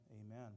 Amen